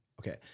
Okay